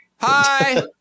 Hi